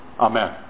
Amen